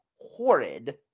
horrid